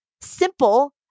Simple